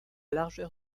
largeur